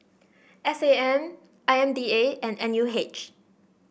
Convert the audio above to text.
S A M I M D A and N U H